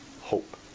hope